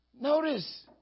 Notice